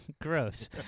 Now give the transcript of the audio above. Gross